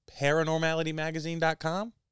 paranormalitymagazine.com